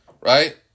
Right